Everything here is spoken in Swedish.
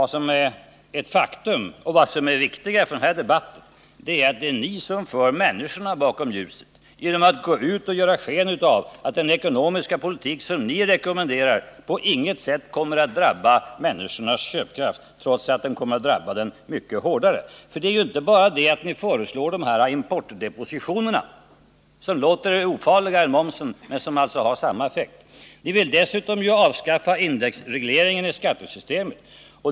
Vad som är ett faktum och vad som är viktigare är att ni för människorna bakom ljuset genom att ge sken av att den ekonomiska politik som ni rekommenderar på inget sätt kommer att drabba människornas köpkraft, trots att den kommer att drabba den mycket hårt. Det låter ofarligare med importdepositionerna än med momsen. Men effekten ur konsumentens synpunkt blir densamma. Ni vill dessutom avskaffa indexregleringen i skattesystemet.